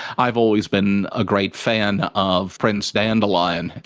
i've always been a great fan of prince dande lion,